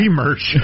merch